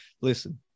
Listen